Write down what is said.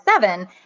seven